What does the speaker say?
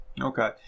Okay